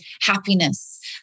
happiness